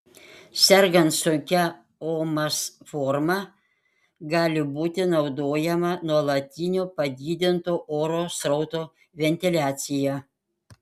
sergant sunkia omas forma gali būti naudojama nuolatinio padidinto oro srauto ventiliacija